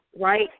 right